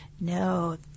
no